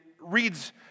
reads